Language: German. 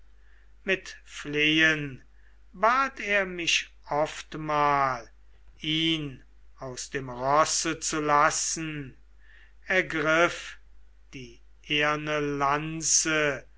mit flehen bat er mich oftmal ihn aus dem rosse zu lassen ergriff die eherne lanze